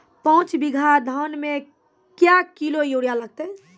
पाँच बीघा धान मे क्या किलो यूरिया लागते?